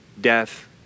death